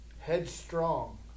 Headstrong